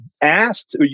asked